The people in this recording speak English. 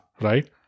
right